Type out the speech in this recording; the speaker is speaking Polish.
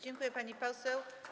Dziękuję, pani poseł.